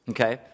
Okay